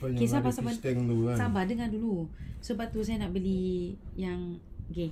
okay sabar sabar sabar dengar dulu sebab tu saya nak beli yang okay